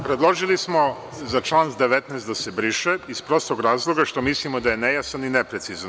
Predložili smo za član 19. da se briše iz prostog razloga što mislimo da je nejasan i neprecizan.